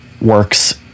works